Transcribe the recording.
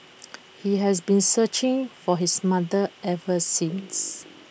he has been searching for his mother ever since